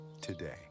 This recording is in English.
today